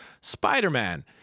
Spider-Man